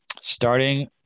starting